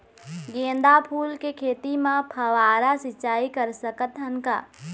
गेंदा फूल के खेती म फव्वारा सिचाई कर सकत हन का?